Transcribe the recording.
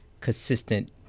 consistent